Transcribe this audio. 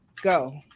Go